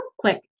click